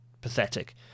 pathetic